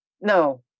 No